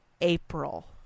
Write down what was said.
April